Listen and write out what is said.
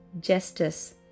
Justice